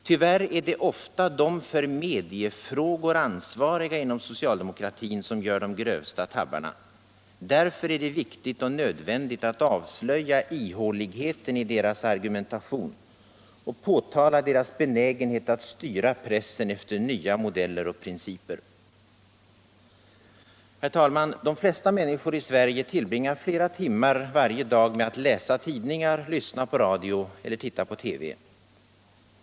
Tyvärr är det ofta de för mediefrågor ansvariga inom socialdemokratin som gör de grövsta tabbarna. Därför är det viktigt och nödvändigt att avslöja ihåligheten i deras argumentation och påtala deras benägenhet att styra pressen efter nya modeller och principer. Herr talman! De flesta människor i Sverige tillbringar flera timmar per dag med att läsa tidningar, lyssna på radio eller titta på TV.